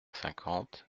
cinquante